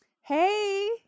Hey